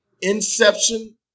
Inception